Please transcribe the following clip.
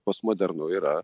postmodernu yra